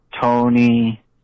Tony